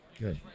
Good